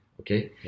okay